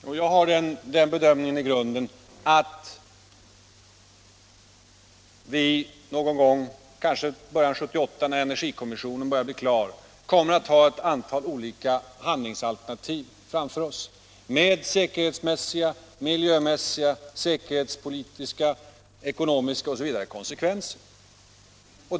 Herr talman! Jag har den bedömningen i grunden att vi någon gång, kanske i början av 1978 när energikommissionen börjar bli klar, kommer att ha ett antal handlingsalternativ framför oss — med säkerhetsmässiga, miljömässiga, säkerhetspolitiska, ekonomiska osv. konsekvenser.